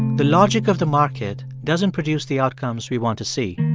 the logic of the market doesn't produce the outcomes we want to see.